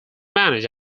managed